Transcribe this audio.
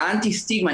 האנטי סטיגמה,